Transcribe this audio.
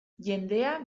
jendea